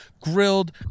grilled